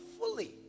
fully